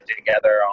together